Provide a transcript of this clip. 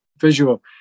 visual